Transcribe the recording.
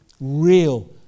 Real